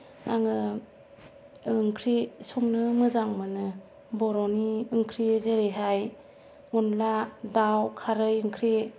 आङो ओंख्रि संनो मोजां मोनो बर'नि ओंख्रि जैराहाय अनला दाव खारै ओंख्रि